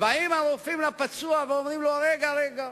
ובאים הרופאים לפצוע ואומרים לו: רגע, רגע,